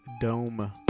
dome